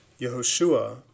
Yehoshua